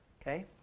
Okay